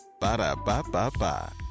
Ba-da-ba-ba-ba